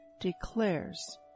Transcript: declares